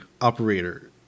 operator